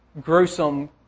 gruesome